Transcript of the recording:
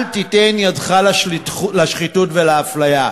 אל תיתן ידך לשחיתות ולאפליה.